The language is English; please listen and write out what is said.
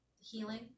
healing